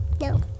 no